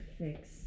fix